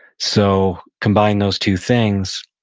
so, combine those two things,